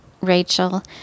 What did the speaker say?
Rachel